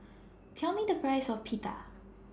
Tell Me The Price of Pita